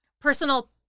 personal